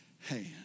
hand